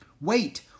Wait